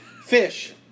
Fish